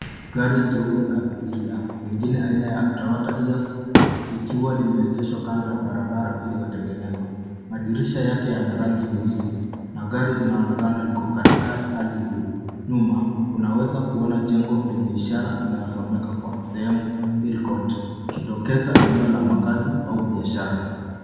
Gari jeupe la abiria, pengine aina ya Toyota hiace likiwa limeegeshwa kando ya barabara iliyotengenezwa. Madirisha yake yana rangi nyeusi na gari linaonekana liko katika hali nzuri. Nyuma unaweza kuona jengo lenye ishara inayosomeka kwa sehemu hill court ikitokeza eneo ya makazi au biashara.